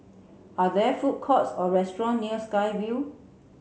are there food courts or restaurants near Sky Vue